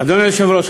אדוני היושב-ראש,